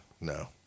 No